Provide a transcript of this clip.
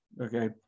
Okay